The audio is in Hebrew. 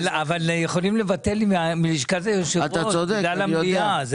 אבל מלשכת היושב-ראש יכולים לבטל לי את הישיבה בגלל המליאה.